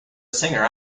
singer